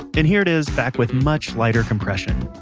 and here it is back with much lighter compression. ahhhhh